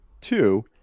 two